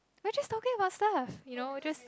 we are just talking about stuff you know just